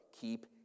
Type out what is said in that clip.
Keep